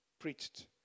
Preached